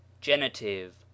genitive